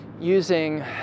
using